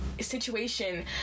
situation